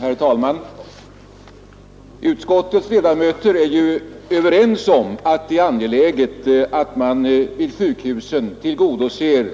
Herr talman! Utskottets ledamöter är överens om att det är angeläget att man vid sjukhusen tillgodoser